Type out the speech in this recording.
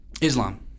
Islam